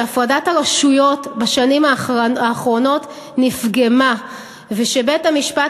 שהפרדת הרשויות בשנים האחרונות נפגמה ושבית-המשפט